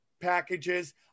packages